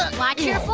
watch your form!